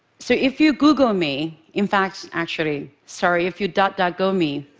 so if you google me, in fact actually, sorry if you duckduckgo me,